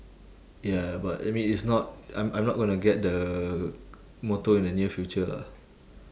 ya ya but I mean it's not I'm I'm not gonna get the motor in the near future lah